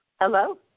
Hello